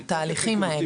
התהליכים האלה.